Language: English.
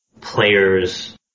players